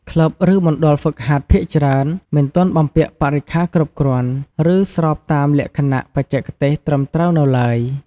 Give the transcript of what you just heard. ក្លឹប ឬមណ្ឌលហ្វឹកហាត់ភាគច្រើនមិនទាន់បំពាក់បរិក្ខារគ្រប់គ្រាន់ ឬស្របតាមលក្ខណៈបច្ចេកទេសត្រឹមត្រូវនៅឡើយ។